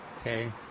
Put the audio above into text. Okay